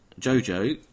Jojo